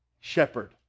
shepherd